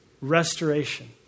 restoration